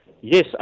Yes